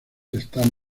están